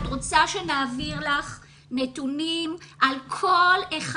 את רוצה שנעביר לך נתונים על כל אחד